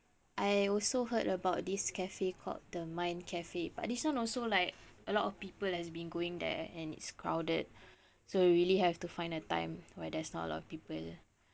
I also heard about this cafe called the mind cafe but this one also like a lot of people has been going there and it's crowded so you really have to find a time where there's not a lot of people